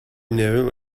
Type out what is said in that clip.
know